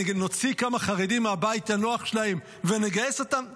נוציא כמה חרדים מהבית הנוח שלהם ונגייס אותם?